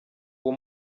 uwo